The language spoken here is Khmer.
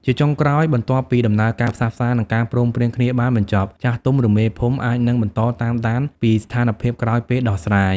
ជាចុងក្រោយ បន្ទាប់ពីដំណើរការផ្សះផ្សា និងការព្រមព្រៀងគ្នាបានបញ្ចប់ ចាស់ទុំ ឬមេភូមិ អាចនឹងបន្តតាមដានពីស្ថានភាពក្រោយពេលដោះស្រាយ។